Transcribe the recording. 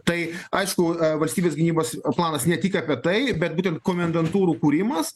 tai aišku valstybės gynybos planas ne tik apie tai bet būtent komendantūrų kūrimas